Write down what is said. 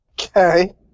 Okay